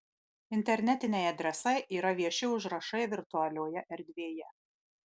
internetiniai adresai yra vieši užrašai virtualioje erdvėje